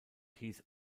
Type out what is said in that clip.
hieß